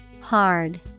Hard